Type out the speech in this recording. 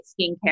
skincare